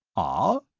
ah?